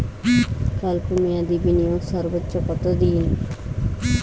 স্বল্প মেয়াদি বিনিয়োগ সর্বোচ্চ কত দিন?